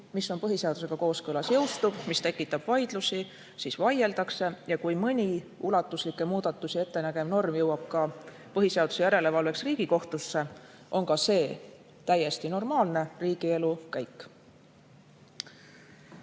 mis on põhiseadusega kooskõlas, see jõustub, kui miski tekitab vaidlusi, siis vaieldakse. Kui mõni ulatuslikke muudatusi ettenägev norm jõuab ka põhiseaduslikkuse järelevalve korras Riigikohtusse, siis on ka see täiesti normaalne riigielu käik.